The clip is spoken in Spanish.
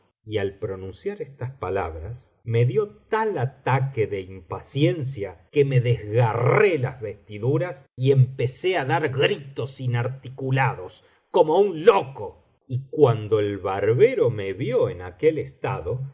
y al pronunciar estas palabras me dio tal ataque de impaciencia que me desgarré las vestiduras y empecé á dar gritos inarticulados como un loco y cuando el barbero me vio en aquel estado